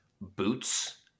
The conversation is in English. boots